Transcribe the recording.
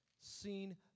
seen